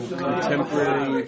contemporary